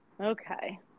Okay